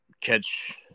catch